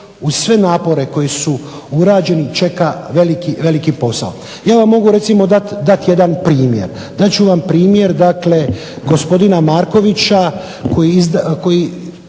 uz sve napore koji su urađeni čeka veliki, veliki posao. Ja vam mogu recimo dati jedan primjer. Dat ću vam primjer gospodina Markovića koji